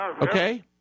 Okay